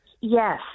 Yes